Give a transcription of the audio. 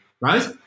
right